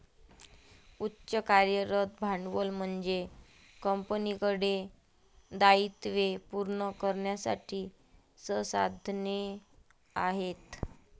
उच्च कार्यरत भांडवल म्हणजे कंपनीकडे दायित्वे पूर्ण करण्यासाठी संसाधने आहेत